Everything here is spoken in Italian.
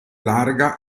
larga